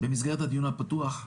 במסגרת הדיון הפתוח,